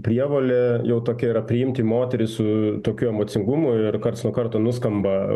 prievolė jau tokia yra priimti moteris su tokiu emocingumu ir karts nuo karto nuskamba